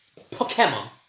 Pokemon